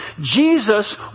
Jesus